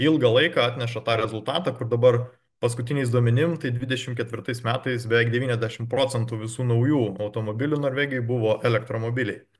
ilgą laiką atneša tą rezultatą kur dabar paskutiniais duomenim tai dvidešim ketvirtais metais beveik devyniasdešim procentų visų naujų automobilių norvegijoj buvo elektromobiliai